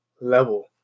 level